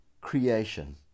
creation